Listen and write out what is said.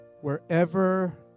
wherever